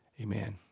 amen